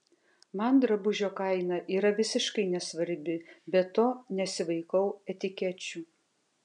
man drabužio kaina yra visiškai nesvarbi be to nesivaikau etikečių